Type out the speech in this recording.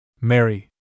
Mary